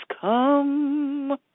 come